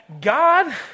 God